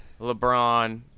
LeBron